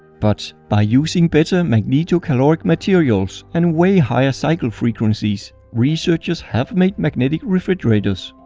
but by using better magnetocaloric materials and way higher cycle frequencies researchers have made magnetic refrigerators.